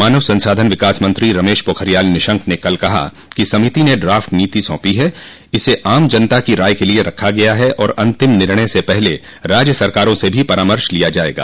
मानव संसाधन विकास मंत्री रमेश पोखरियाल निशंक ने कल कहा कि समिति ने ड्राफ्ट नीति सौंपी है इसे आम जनता की राय के लिए रखा गया है और अन्तिम निर्णय से पहले राज्य सरकारों से भी परामर्श लिया जायेगा